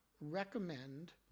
recommend